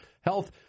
Health